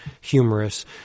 humorous